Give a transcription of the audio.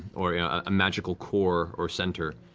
or a magical core or center,